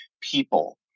people